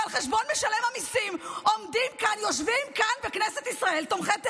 ועל חשבון משלם המיסים יושבים כאן בכנסת ישראל תומכי טרור?